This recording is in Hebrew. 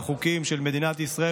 החי במדינת ישראל,